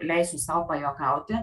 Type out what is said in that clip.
leisiu sau pajuokauti